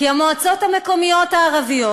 כי המועצות המקומיות הערביות